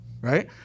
Right